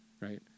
right